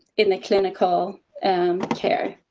in the clinical care.